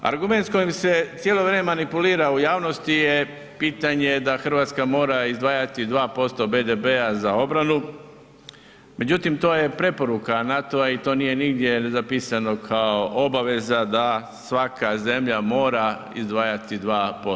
Argument s kojim se cijelo vrijeme manipulira u javnosti je pitanje da Hrvatska mora izdvajati 2% BDP-a za obranu međutim to je preporuka NATO-a i to nije nigdje zapisano kao obaveza da svaka zemlja mora izdvajati 2%